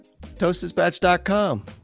ToastDispatch.com